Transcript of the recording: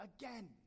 again